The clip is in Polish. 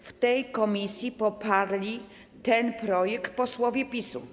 W tej komisji poparli ten projekt posłowie PiS-u.